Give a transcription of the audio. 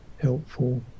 helpful